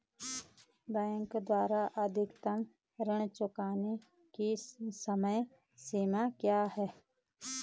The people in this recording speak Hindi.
बैंक द्वारा अधिकतम ऋण चुकाने की समय सीमा क्या है?